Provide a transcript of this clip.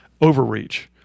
overreach